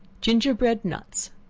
ginger-bread nuts.